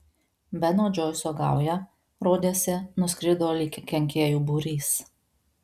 beno džoiso gauja rodėsi nuskrido lyg kenkėjų būrys